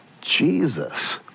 Jesus